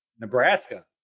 nebraska